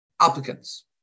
applicants